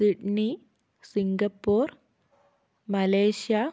Sydney Singapore Malaysia